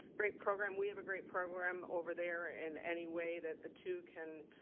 great program. we have a great program over there and any way that the two can